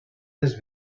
les